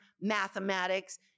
mathematics